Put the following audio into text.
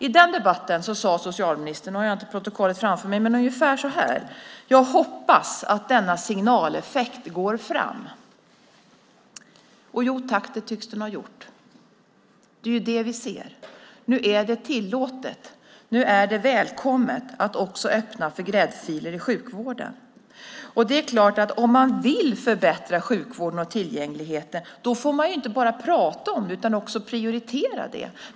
I den debatten sade socialministern - nu har jag inte protokollet framför mig - ungefär så här: Jag hoppas att denna signaleffekt går fram. Jo tack, det tycks den ha gjort. Det är ju det vi ser. Nu är det tillåtet. Nu är det välkommet att också öppna för gräddfiler i sjukvården. Det är klart att om man vill förbättra sjukvården och tillgängligheten får man inte bara prata om det utan också prioritera det.